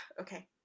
okay